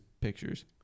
pictures